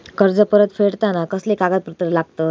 कर्ज परत फेडताना कसले कागदपत्र लागतत?